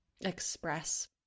express